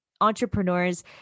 entrepreneurs